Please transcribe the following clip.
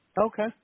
Okay